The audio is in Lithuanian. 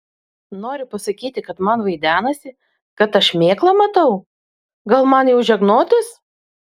nori pasakyti kad man vaidenasi kad aš šmėklą matau gal man jau žegnotis